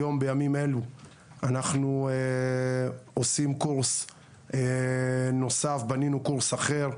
בימים אלו אנחנו עושים קורס נוסף, בנינו קורס אחר,